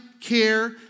care